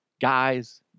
Guys